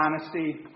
honesty